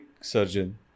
surgeon